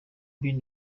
bin